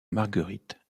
marguerite